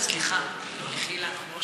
סליחה ומחילה.